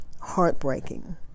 heartbreaking